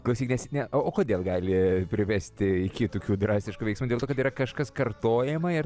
klausyk nes o kodėl gali privesti iki tokių drastiškų veiksmų dėl to kad yra kažkas kartojama ir